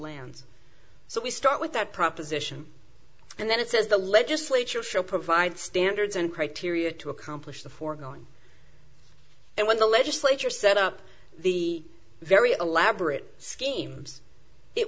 lands so we start with that proposition and then it says the legislature shall provide standards and criteria to accomplish the foregoing and when the legislature set up the very elaborate schemes it